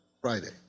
Friday